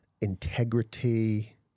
integrity